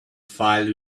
file